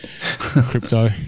crypto